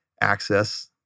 access